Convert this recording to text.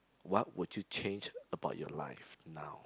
what would you change about your life now